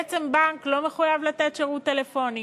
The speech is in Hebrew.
בעצם, בנק לא מחויב לתת שירות טלפוני.